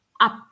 up